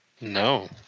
No